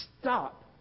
stop